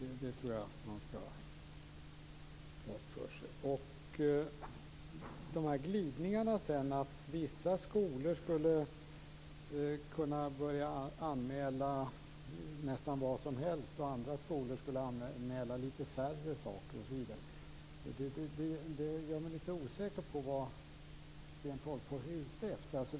Det finns vissa glidningar här, nämligen att vissa skolor skall anmäla nästan vad som helst och andra skolor något färre saker. Jag blir lite osäker på vad Sten Tolgfors är ute efter.